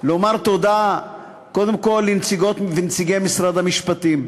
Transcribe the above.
לומר תודה קודם כול לנציגות ולנציגי משרד המשפטים,